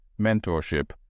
mentorship